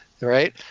right